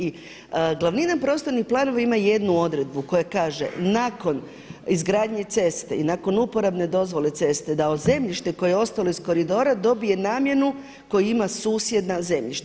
I glavnina prostornih planova ima jednu odredbu koja kaže: „Nakon izgradnje ceste i nakon uporabne dozvole ceste da zemljište koje je ostalo iz koridora dobije namjenu koju ima susjedna zemljišta.